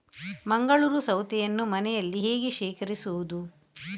ಮಂಗಳೂರು ಸೌತೆಯನ್ನು ಮನೆಯಲ್ಲಿ ಹೇಗೆ ಶೇಖರಿಸುವುದು?